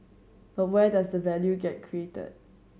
but where does the value get created